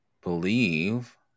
believe